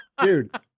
Dude